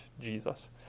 Jesus